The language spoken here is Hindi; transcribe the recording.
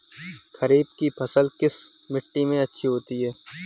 खरीफ की फसल किस मिट्टी में अच्छी होती है?